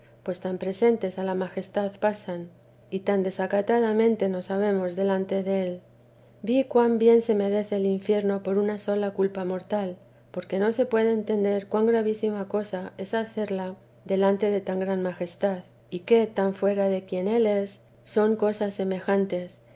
pues tan presentes a su majestad pasan y tan desacatadamente nos habernos delante del vi cuan bien se merece el infierno por una sola culpa mortal porque no se puede entender cuan gravísima cosa es hacerla delante de tan gran majestad y qué tan fuera de quien él es son cosas semejantes